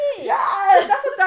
yes